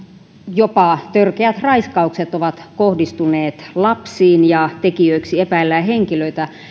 jopa törkeät raiskaukset ovat kohdistuneet lapsiin ja tekijöiksi epäillään henkilöitä